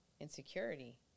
insecurity